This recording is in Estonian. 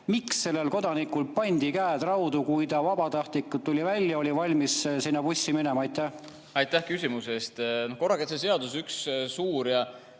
Miks sellel kodanikul pandi käed raudu, kui ta vabatahtlikult tuli välja ja oli valmis sinna bussi minema? Aitäh küsimuse eest! Korrakaitseseaduses on üks